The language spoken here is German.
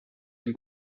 den